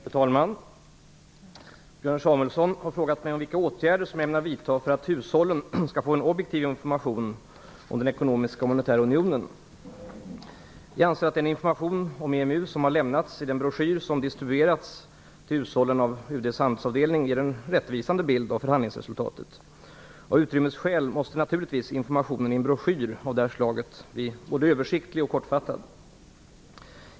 Fru talman! Björn Samuelson har frågat mig om vilka åtgärder jag ämnar vidta för att hushållen skall få en objektiv information om den ekonomiska och monetära unionen. Jag anser att den information om EMU som har lämnats i den broschyr som har distribuerats till hushållen av UD:s handelsavdelning ger en rättvisande bild av förhandlingsresultatet. Av utrymmesskäl måste naturligtvis informationen i en broschyr av det slaget bli både översiktlig och kortfattad.